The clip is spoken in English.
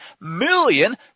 million